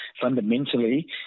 Fundamentally